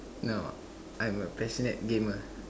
no I'm a passionate gamer